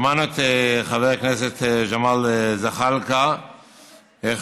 שמענו את חבר הכנסת ג'מאל זחאלקה ואיך